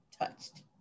touched